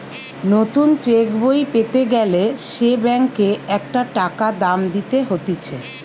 নতুন চেক বই পেতে গ্যালে সে ব্যাংকে একটা টাকা দাম দিতে হতিছে